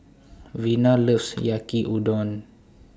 Vina loves Yaki Udon